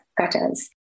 cutters